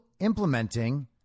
implementing